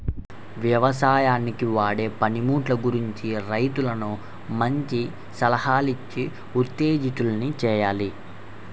యవసాయానికి వాడే పనిముట్లు గురించి రైతన్నలను మంచి సలహాలిచ్చి ఉత్తేజితుల్ని చెయ్యాలి